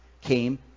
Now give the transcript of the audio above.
came